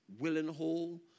Willenhall